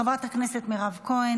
חברת הכנסת מירב כהן,